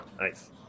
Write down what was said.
nice